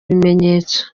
ibimenyetso